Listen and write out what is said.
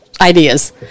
ideas